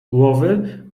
głowy